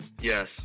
Yes